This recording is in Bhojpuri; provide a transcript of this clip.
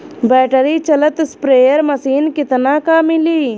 बैटरी चलत स्प्रेयर मशीन कितना क मिली?